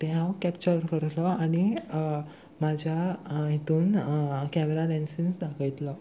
तें हांव कॅप्चर करतलो आनी म्हज्या हितून कॅमरा लॅन्सीस दाखयतलो